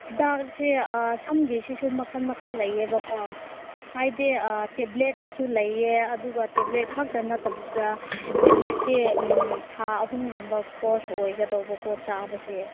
ꯍꯤꯗꯥꯛꯁꯦ ꯑꯥ ꯁꯝꯒꯤꯁꯤꯁꯨ ꯃꯈꯜ ꯃꯈꯜ ꯂꯩꯌꯦꯕꯀꯣ ꯍꯥꯏꯗꯤ ꯑꯥ ꯇꯦꯕ꯭ꯂꯦꯠꯇꯁꯨ ꯂꯩꯌꯦ ꯑꯗꯨꯒ ꯇꯦꯕ꯭ꯂꯦꯠ ꯈꯛꯇ ꯅꯠꯇꯕꯤꯗ ꯇꯦꯕ꯭ꯂꯦꯠꯁꯦ ꯎꯝ ꯊꯥ ꯑꯍꯨꯝꯒꯨꯝꯕ ꯀꯣꯔꯁ ꯑꯣꯏꯒꯗꯧꯕꯀꯣ ꯆꯥꯕꯁꯦ